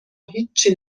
هیچی